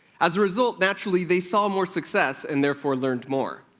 as a result, naturally, they saw more success and therefore learned more.